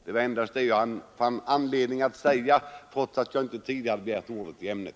Det var endast detta jag hade anledning att säga trots att jag inte tidigare begärt ordet i ämnet.